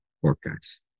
forecast